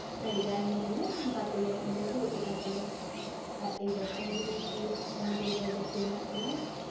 ᱟᱹᱰᱤᱜᱟᱱ ᱢᱮᱨᱚᱢ ᱞᱮ ᱚᱱᱠᱟ ᱛᱮᱜᱮ ᱢᱟᱱᱮ ᱠᱚ ᱜᱚᱡ ᱟᱠᱟᱱ ᱛᱟᱞᱮᱭᱟ ᱟᱨ ᱮᱭᱵᱟᱨ ᱰᱟᱹᱝᱨᱤ ᱠᱤ ᱰᱟᱝᱨᱤ ᱫᱚ ᱵᱷᱟᱭ ᱵᱮᱥᱜᱮ ᱢᱮᱱᱟᱜ ᱠᱤᱱᱟᱹ